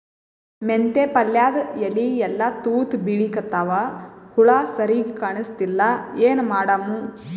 ಮೆಂತೆ ಪಲ್ಯಾದ ಎಲಿ ಎಲ್ಲಾ ತೂತ ಬಿಳಿಕತ್ತಾವ, ಹುಳ ಸರಿಗ ಕಾಣಸ್ತಿಲ್ಲ, ಏನ ಮಾಡಮು?